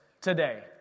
today